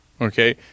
Okay